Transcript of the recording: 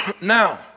Now